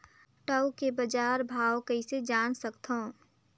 टाऊ के बजार भाव कइसे जान सकथव?